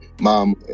mom